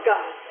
God